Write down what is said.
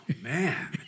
man